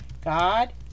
God